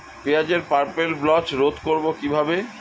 পেঁয়াজের purple blotch রোধ করবো কিভাবে?